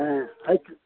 ஆ அதுக்கு